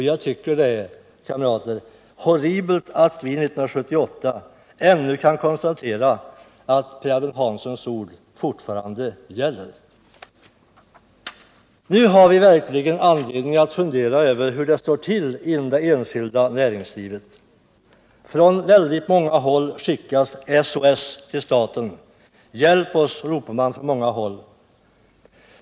Jag tycker, kamrater, att det är horribelt att vi ännu 1978 kan konstatera att Per Albins ord fortfarande gäller. Nu har vi verkligen anledning att fundera över hur det står till inom det enskilda näringslivet. Från väldigt många håll skickas SOS till staten. Hjälp OSS, ropar man från många håll.